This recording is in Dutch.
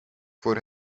voor